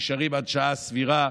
נשארים עד שעה סבירה,